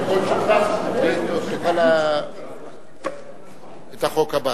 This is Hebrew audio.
נספור את הקול שלך ונעבור לחוק הבא.